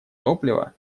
топлива